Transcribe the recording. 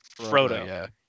Frodo